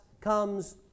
comes